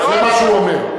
זה מה שהוא אומר.